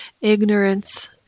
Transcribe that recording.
ignorance